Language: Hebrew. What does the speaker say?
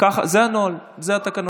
זה הנוהל, זה התקנון.